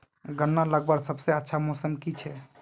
गन्ना लगवार सबसे अच्छा मौसम की छे?